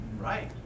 Right